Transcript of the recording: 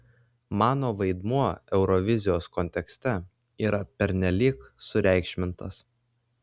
mano vaidmuo eurovizijos kontekste yra pernelyg sureikšmintas